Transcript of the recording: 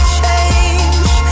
change